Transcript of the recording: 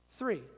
Three